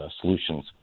solutions